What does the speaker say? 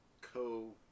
co